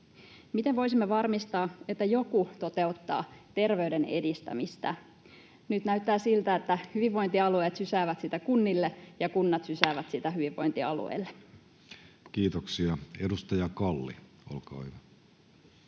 Miten voisimme varmistaa, että joku toteuttaa terveyden edistämistä? Nyt näyttää siltä, että hyvinvointialueet sysäävät sitä kunnille ja kunnat sysäävät sitä hyvinvointialueille. Kiitoksia. — Edustaja Kalli, olkaa hyvä.